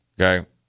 okay